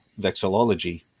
vexillology